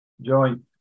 joint